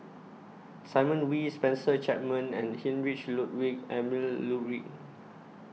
Simon Wee Spencer Chapman and Heinrich Ludwig Emil Luering